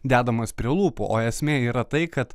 dedamas prie lūpų o esmė yra tai kad